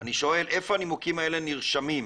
אני שואל איפה הנימוקים האלה נרשמים,